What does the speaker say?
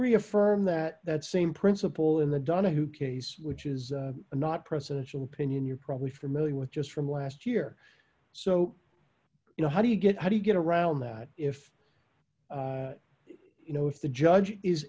reaffirm that that same principle in the donaghue case which is not presidential pinion you're probably familiar with just from last year so you know how do you get how do you get around that if you know if the judge is